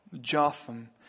Jotham